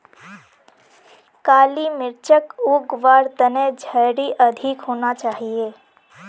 काली मिर्चक उग वार तने झड़ी अधिक होना चाहिए